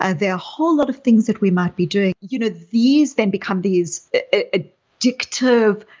and there're a whole lot of things that we might be doing. you know these then become these ah addictive